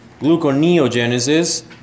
Gluconeogenesis